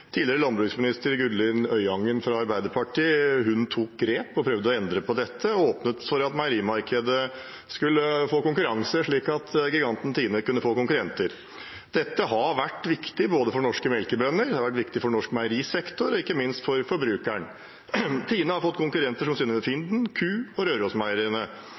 Tidligere landbruksminister Gunhild Øyangen fra Arbeiderpartiet tok grep og prøvde å endre på dette, og åpnet for at meierimarkedet skulle få konkurranse, slik at giganten Tine kunne få konkurrenter. Dette har vært viktig både for norske melkebønder, for norsk meierisektor og ikke minst for forbrukeren. Tine har fått konkurrenter som Synnøve Finden, Q-Meieriene og